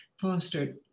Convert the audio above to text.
fostered